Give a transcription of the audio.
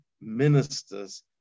ministers